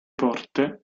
porte